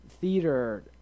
theater